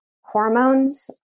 hormones